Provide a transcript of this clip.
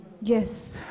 yes